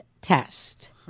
test